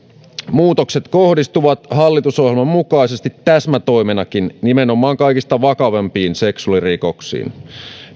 muutokset kohdistuvat hallitusohjelman mukaisesti täsmätoiminakin nimenomaan kaikista vakavimpiin seksuaalirikoksiin